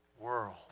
world